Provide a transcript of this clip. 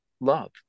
love